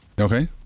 Okay